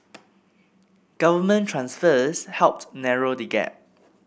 government transfers helped narrow the gap